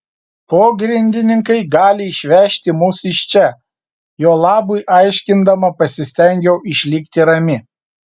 pogrindininkai gali išvežti mus iš čia jo labui aiškindama pasistengiau išlikti rami